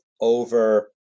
over